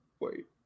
Wait